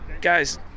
guys